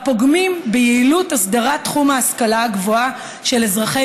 הפוגמים ביעילות הסדרת תחום ההשכלה הגבוהה של אזרחי